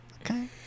Okay